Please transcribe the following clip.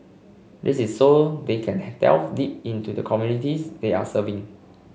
this is so they can delve deep into the communities they are serving